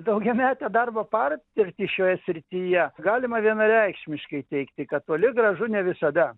daugiametę darbo patirtį šioje srityje galima vienareikšmiškai teigti kad toli gražu ne visada